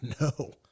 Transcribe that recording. No